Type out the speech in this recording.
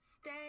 stay